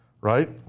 right